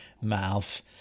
mouth